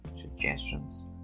suggestions